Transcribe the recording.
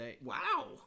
Wow